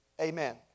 Amen